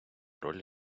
роль